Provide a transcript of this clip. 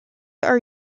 are